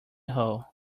hole